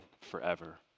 forever